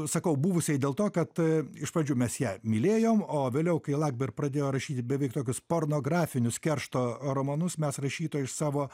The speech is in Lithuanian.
sakau buvusiai dėl to kad iš pradžių mes ją mylėjom o vėliau kai lakberg pradėjo rašyti beveik tokius pornografinius keršto romanus mes rašytoją iš savo